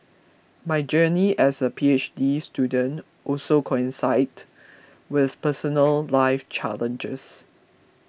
my journey as a P H D student also coincided with personal life challenges